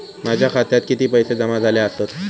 माझ्या खात्यात किती पैसे जमा झाले आसत?